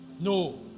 No